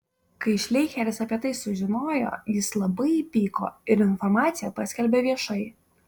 kai šleicheris apie tai sužinojo jis labai įpyko ir informaciją paskelbė viešai